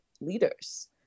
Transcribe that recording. leaders